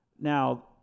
Now